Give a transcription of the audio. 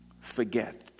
forget